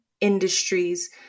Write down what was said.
industries